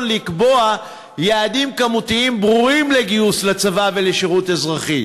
לקבוע יעדים כמותיים ברורים לגיוס לצבא ולשירות אזרחי,